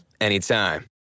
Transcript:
anytime